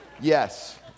Yes